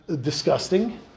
disgusting